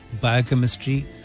biochemistry